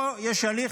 --- אז פה יש הליך